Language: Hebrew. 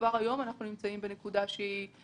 וכבר היום אנחנו נמצאים בנקודה -- אני